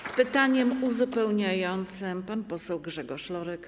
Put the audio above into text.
Z pytaniem uzupełniającym pan poseł Grzegorz Lorek.